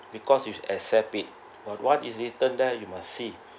because you accept it but what is written there you must see